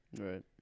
Right